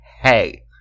hey